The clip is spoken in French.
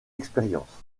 expérience